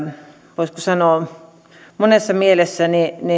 voisiko sanoa monessa mielessä